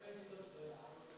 יצא לי להיות הרבה ביערות שם.